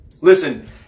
Listen